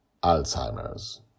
Alzheimer's